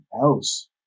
else